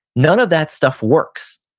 none of that stuff works.